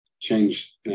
change